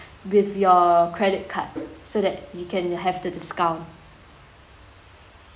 with your credit card so that you can have the discount